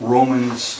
Romans